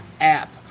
app